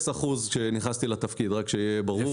כשנכנסתי לתפקיד היה אפס אחוז.